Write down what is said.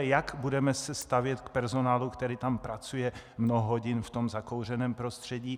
Jak se budeme stavět k personálu, který tam pracuje mnoho hodin v tom zakouřeném prostředí?